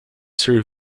ser